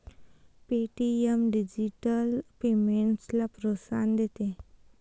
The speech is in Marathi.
पे.टी.एम डिजिटल पेमेंट्सला प्रोत्साहन देते